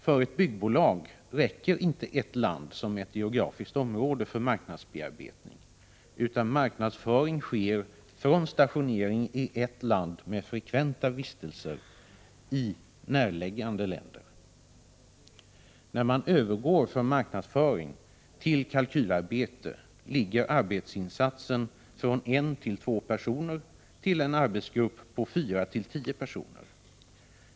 För ett byggbolag räcker inte ett land som ett geografiskt område för marknadsbearbetning utan marknadsföring sker från stationering i ett land med frekventa vistelser i närliggande länder. —-——-. När man övergår från marknadsföring till kalkylarbete stiger arbetsinsatsen från 1-2 personer till en arbetsgrupp på 4-10 personer.